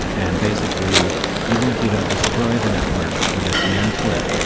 and basically even if you don't destroy the network, or dismantle it,